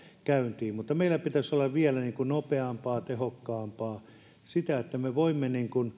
käyntiin mutta meillä pitäisi puuttumisen olla vielä nopeampaa tehokkaampaa sitä että me voimme